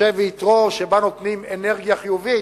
של משה ויתרו, שבה נותנים אנרגיה חיובית,